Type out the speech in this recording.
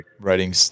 writing